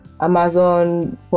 Amazon